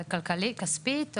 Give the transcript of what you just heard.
כלכלי כספי?